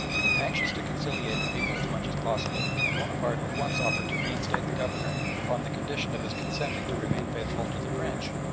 anxious to conciliate the people as much as possible, bonaparte at once offered to reinstate the governor upon the condition of his consenting to remain faithful to the french,